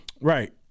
Right